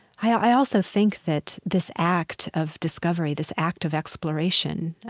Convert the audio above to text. i also think that this act of discovery, this act of exploration,